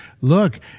look